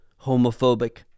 homophobic